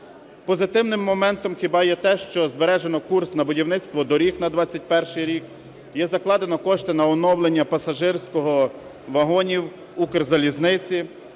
Позитивним моментом хіба є те, що збережено курс на будівництво доріг на 2021 рік, є закладено кошти на оновлення пасажирських вагонів Укрзалізниці.